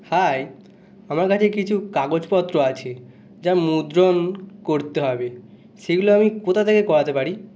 high আমার কাছে কিছু কাগজপত্র আছে যা মুদ্রণ করতে হবে সেগুলো আমি কোথা থেকে করাতে পারি